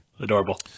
Adorable